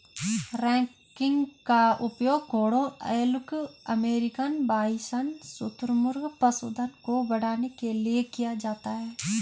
ranking का उपयोग घोड़ों एल्क अमेरिकन बाइसन शुतुरमुर्ग पशुधन को बढ़ाने के लिए किया जाता है